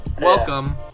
welcome